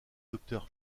docteur